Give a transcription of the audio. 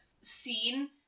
scene